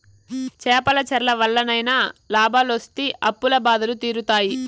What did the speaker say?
చేపల చెర్ల వల్లనైనా లాభాలొస్తి అప్పుల బాధలు తీరుతాయి